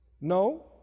No